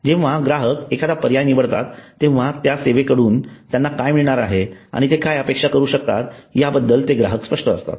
जेव्हा ग्राहक एखादा पर्याय निवडतात तेव्हा त्या सेवेकडून त्यांना काय मिळणार आहेत आणि ते काय अपेक्षा करू शकतात याबद्दल ते ग्राहक स्पष्ट असतात